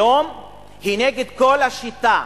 היום היא נגד כל השיטה,